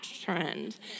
trend